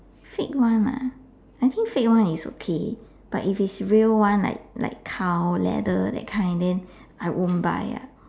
fake one lah I think fake one is okay but if it's real one like like cow leather that kind then I won't buy